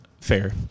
Fair